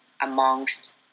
amongst